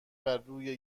برروی